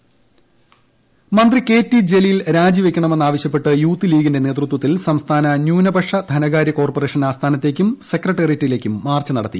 K T Jaleel മന്ത്രി K T Jaleel രാജി വെയ്ക്കണമെന്ന് ആവശ്യപ്പെട്ട് യൂത്ത്ലീഗിന്റെ നേതൃത്വത്തിൽ സംസ്ഥാന ന്യൂനപക്ഷ ധനകാര്യ കോർപ്പറേഷൻ ആസ്ഥാനത്തേയ്ക്കും സെക്രട്ടറിയേറ്റിലേക്കും മാർച്ച് നടത്തി